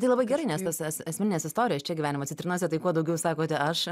tai labai gerai nes tas as asmenines istorijas čia gyvenimo citrinose tai kuo daugiau sakote aš